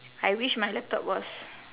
I wish my laptop was